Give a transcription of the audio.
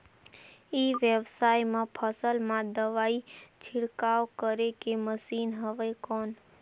ई व्यवसाय म फसल मा दवाई छिड़काव करे के मशीन हवय कौन?